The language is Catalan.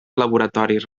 laboratoris